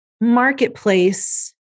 marketplace